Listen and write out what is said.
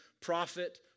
prophet